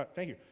ah thank you.